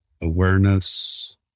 Awareness